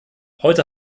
heute